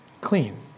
clean